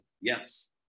Yes